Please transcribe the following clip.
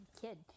kid